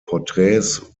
porträts